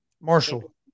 Marshall